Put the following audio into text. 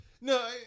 No